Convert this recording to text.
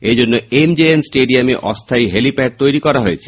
এজন্য M J N স্টেডিয়ামে অস্হায়ী হেলিপ্যাড তৈরি করা হয়েছে